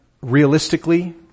realistically